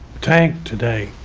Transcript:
tank today,